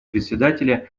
председателя